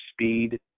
speed